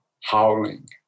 howling